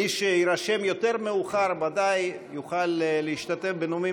מי שיירשם מאוחר יותר ודאי יוכל להשתתף בנאומים